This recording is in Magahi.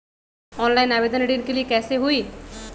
ऑनलाइन आवेदन ऋन के लिए कैसे हुई?